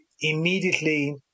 immediately